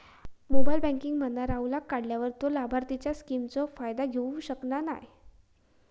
mobile banking मधना राहूलका काढल्यार तो लाभार्थींच्या स्किमचो फायदो घेऊ शकना नाय